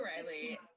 Riley